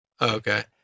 Okay